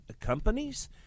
companies